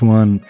one